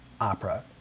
opera